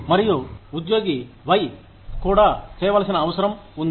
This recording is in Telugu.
మరియు ఉద్యోగి వై కూడా చేయవలసిన అవసరం ఉంది